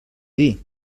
dir